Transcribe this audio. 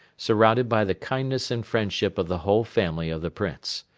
surrounded by the kindness and friendship of the whole family of the prince.